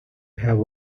have